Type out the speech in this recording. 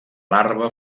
larva